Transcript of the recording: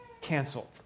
canceled